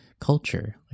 culture